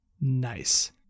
Nice